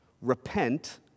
repent